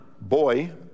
boy